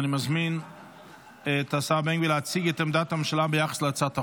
אני מזמין את השר בן גביר להציג את עמדת הממשלה ביחס להצעת החוק.